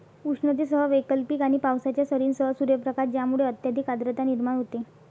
उष्णतेसह वैकल्पिक आणि पावसाच्या सरींसह सूर्यप्रकाश ज्यामुळे अत्यधिक आर्द्रता निर्माण होते